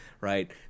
right